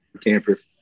campus